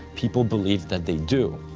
people believe that they do.